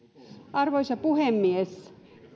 arvoisa puhemies